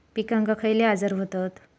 पिकांक खयले आजार व्हतत?